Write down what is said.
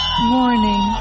Morning